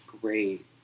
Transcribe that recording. great